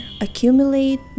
accumulate